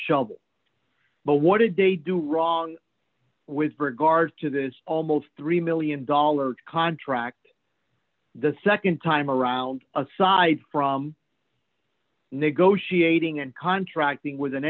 shell but what did they do wrong with regard to this almost three million dollars contract the nd time around aside from negotiating and contracting with an